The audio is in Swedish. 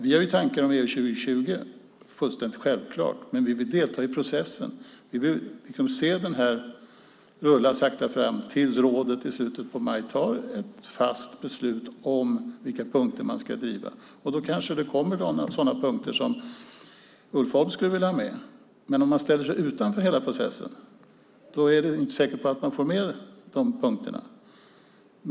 Vi har tankar om EU 2020, det är fullständigt självklart, men vi vill delta i processen. Vi vill se den sakta rulla fram tills rådet i slutet av maj fattar beslut om vilka punkter man ska driva. Då kanske det kommer upp sådana punkter som Ulf Holm skulle vilja ha med, men om han ställer sig utanför processen är det inte säkert att han får med de punkterna.